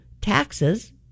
taxes